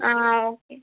ఆ ఓకే